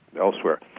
elsewhere